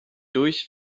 durch